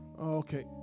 okay